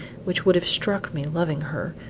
which would have struck me, loving her,